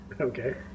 Okay